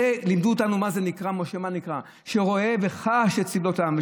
את זה לימד אותנו משה, שרואה וחש את סבלות העם.